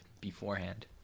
beforehand